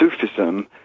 Sufism